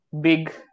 big